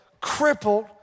crippled